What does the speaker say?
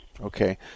Okay